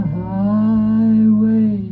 highway